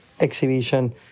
exhibition